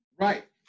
right